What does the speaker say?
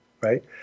right